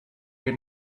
had